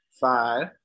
five